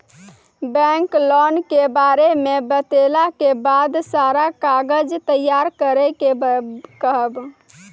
Bank loan के बारे मे बतेला के बाद सारा कागज तैयार करे के कहब?